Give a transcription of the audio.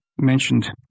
mentioned